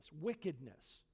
wickedness